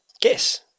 guess